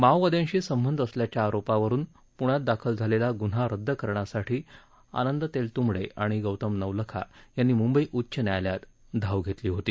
मोओवाद्यांशी संबंध असल्याच्या आरोपावरुन पुण्यात दाखल झालेला गुन्हा रद्द करण्यासाठी आनंद तेलतुंबडे आणि गौतम नवलखा यांनी मुंबई उच्च न्यायालयात धाव घेतली होती